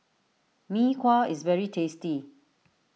Mee Kuah is very tasty